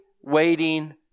waiting